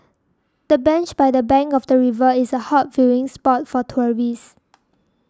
the bench by the bank of the river is a hot viewing spot for tourists